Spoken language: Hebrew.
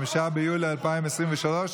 5 ביולי 2023,